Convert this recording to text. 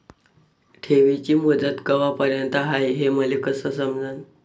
ठेवीची मुदत कवापर्यंत हाय हे मले कस समजन?